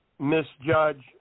misjudge